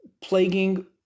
plaguing